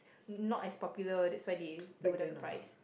not as popular that's why they lower down the price